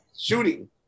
shooting